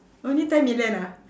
only ten million ah